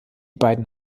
beiden